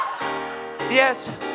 Yes